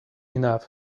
enough